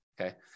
okay